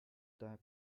the